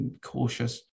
cautious